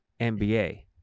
NBA